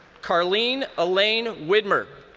carlene elaine widmer.